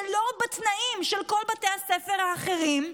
שלא בתנאים של כל בתי הספר האחרים,